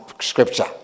scripture